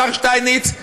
השר שטייניץ,